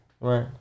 Right